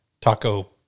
taco